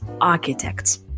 architects